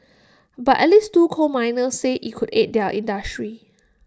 but at least two coal miners say IT could aid their industry